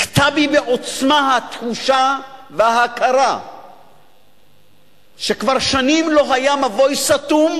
הכתה בי בעוצמה התחושה וההכרה שכבר שנים לא היה מבוי סתום